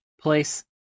place